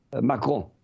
Macron